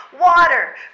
Water